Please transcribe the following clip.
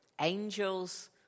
Angels